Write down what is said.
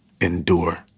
endure